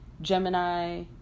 gemini